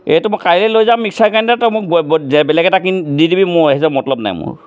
এইটো মই কাইলৈ লৈ যাম মিক্সাৰ গ্ৰাইণ্ডাৰ তই মোক বেলেগ এটা কিনি দি দিবি মই সেইচব মতলব নাই মোৰ